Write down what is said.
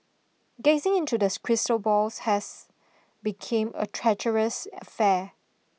gazing into the crystal ball has become a treacherous affair